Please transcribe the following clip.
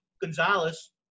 Gonzalez